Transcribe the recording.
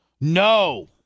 No